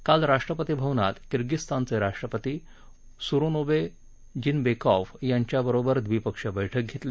काल राष्ट्रपती भवनात किर्गिजस्तानचे राष्ट्रपती सूरोनबे जीनबेकोफ यांच्याबरोबर द्विपक्षीय बैठक घेतली